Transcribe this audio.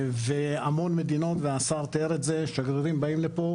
המון מדינות, והשר תיאר את זה, שגרירים באים לפה.